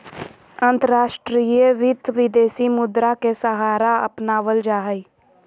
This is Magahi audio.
अंतर्राष्ट्रीय वित्त, विदेशी मुद्रा के सहारा अपनावल जा हई